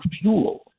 fuel